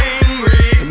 angry